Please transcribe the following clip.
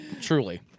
Truly